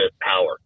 power